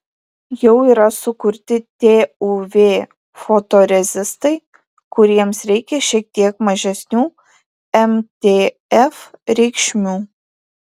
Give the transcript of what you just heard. jau yra sukurti tuv fotorezistai kuriems reikia šiek tiek mažesnių mtf reikšmių